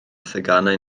theganau